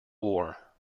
war